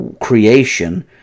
creation